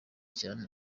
cyane